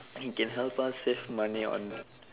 it can help us save money on